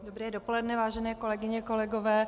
Dobré dopoledne, vážené kolegyně, kolegové.